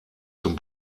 zum